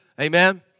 Amen